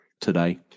today